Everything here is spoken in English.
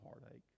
heartache